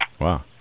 Wow